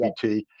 GPT